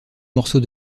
morceau